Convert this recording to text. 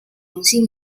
同性